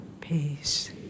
peace